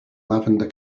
lavender